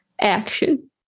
action